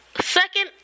second